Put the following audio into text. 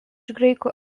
graikų